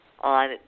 on